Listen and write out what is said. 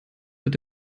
wird